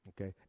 okay